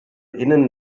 innen